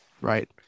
Right